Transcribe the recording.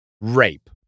rape